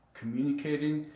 communicating